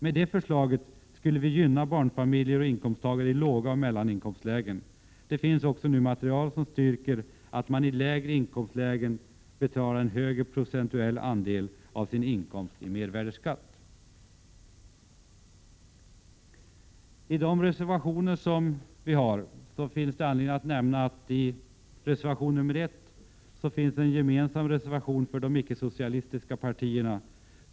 Med detta förslag vill vi gynna barnfamiljer och inkomsttagare i lågoch mellaninkomstlägen. Det finns nu material som styrker det faktum att man i lägre inkomstlägen betalar en större procentuell andel av sin inkomst i mervärdeskatt. När det gäller våra reservationer finns det anledning att särskilt nämna några. Reservation 1 är gemensam för de icke-socialistiska partierna.